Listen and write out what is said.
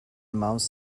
mouse